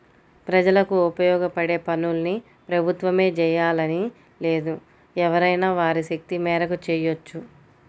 ప్రజలకు ఉపయోగపడే పనుల్ని ప్రభుత్వమే జెయ్యాలని లేదు ఎవరైనా వారి శక్తి మేరకు చెయ్యొచ్చు